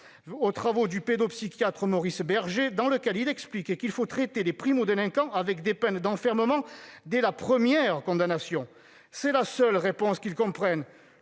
aux travaux du pédopsychiatre Maurice Berger, qui explique qu'il faut traiter les primo-délinquants avec des peines d'enfermement dès la première condamnation. C'est la seule réponse qu'ils comprennent